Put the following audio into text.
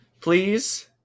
Please